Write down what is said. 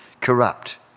corrupt